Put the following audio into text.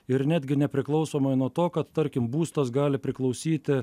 ir netgi nepriklausomai nuo to kad tarkim būstas gali priklausyti